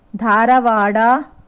Dharwad